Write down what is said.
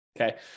okay